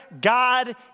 God